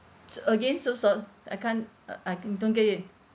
so again so sor~ I can't uh I can't don't get it